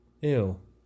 Ew